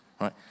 right